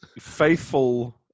Faithful